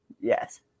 Yes